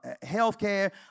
healthcare